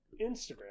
instagram